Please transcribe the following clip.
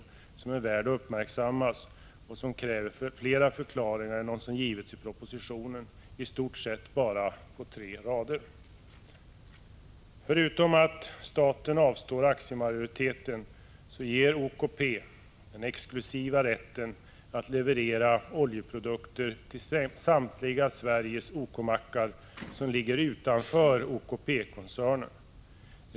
Detta är värt att uppmärksamma och kräver flera förklaringar än vad som ges i propositionen på i stort sett bara tre rader. Förutom att staten avstår från aktiemajoriteten ger den OKP den exklusiva rätten att leverera oljeprodukter till samtliga Sveriges OK-mackar som ligger utanför OKP-koncernen.